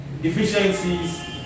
deficiencies